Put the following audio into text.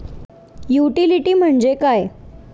Utility म्हणजे काय?